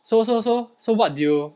so so so so what do you